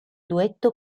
duetto